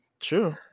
True